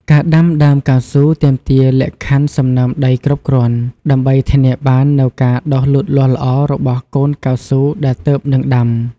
ការដាំដើមកៅស៊ូទាមទារលក្ខខណ្ឌសំណើមដីគ្រប់គ្រាន់ ដើម្បីធានាបាននូវការដុះលូតលាស់ល្អរបស់កូនកៅស៊ូដែលទើបនឹងដាំ។